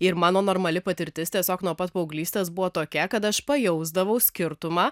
ir mano normali patirtis tiesiog nuo pat paauglystės buvo tokia kad aš pajausdavau skirtumą